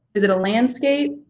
is it a landscape?